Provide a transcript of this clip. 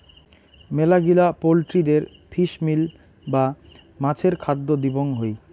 মেলাগিলা পোল্ট্রিদের fish meal বা মাছের খাদ্য দিবং হই